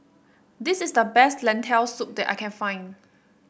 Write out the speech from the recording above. this is the best Lentil Soup that I can find